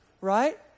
Right